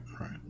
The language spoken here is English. right